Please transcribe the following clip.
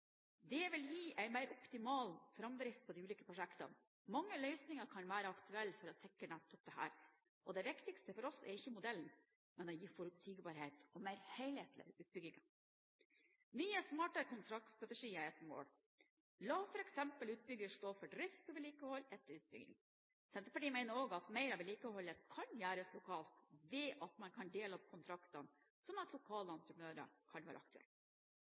Det vil gi en mer optimal framdrift i de ulike prosjektene. Mange løsninger kan være aktuelle for å sikre nettopp dette, og det viktigste for oss er ikke modellen, men å gi forutsigbarhet og mer helhetlig utbygging. Nye, smartere kontraktstrategier er et mål. La f.eks. utbygger stå for drift og vedlikehold etter utbyggingen. Senterpartiet mener også at mer av vedlikeholdet kan gjøres lokalt ved at man kan dele opp kontraktene, slik at lokale entreprenører kan være